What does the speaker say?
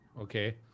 Okay